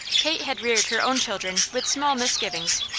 kate had reared her own children with small misgivings,